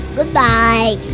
Goodbye